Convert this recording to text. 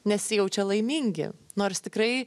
nesijaučia laimingi nors tikrai